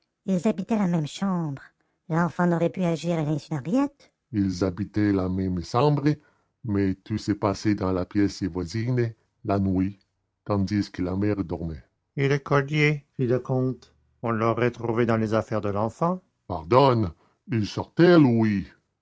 ils habitaient la même chambre l'enfant n'aurait pu agir à l'insu d'henriette ils habitaient la même chambre mais tout s'est passé dans la pièce voisine la nuit tandis que la mère dormait et le collier fit le comte on l'aurait trouvé dans les affaires de l'enfant pardon il sortait lui